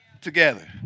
together